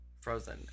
Frozen